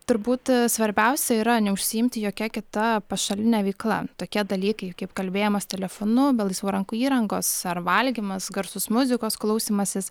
turbūt svarbiausia yra neužsiimti jokia kita pašaline veikla tokie dalykai kaip kalbėjimas telefonu be laisvų rankų įrangos ar valgymas garsus muzikos klausymasis